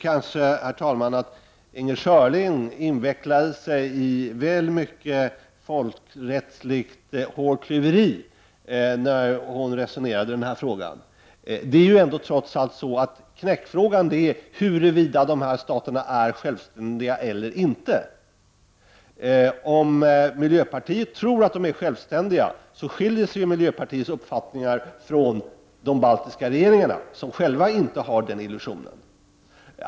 Jag tycker att Inger Schörling nog vecklade in sig i väl mycket folkrättsligt hårklyveri när hon resonerade i denna fråga, Knäckfrågan är trots allt huruvida dessa stater är självständiga eller inte. Om miljö-” partiet tror att dessa stater är självständiga, skiljer sig miljöpartiets uppfattning från de baltiska regeringarnas, som själva inte har den illusionen.